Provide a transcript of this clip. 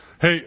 Hey